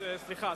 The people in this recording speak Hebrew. סליחה,